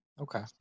okay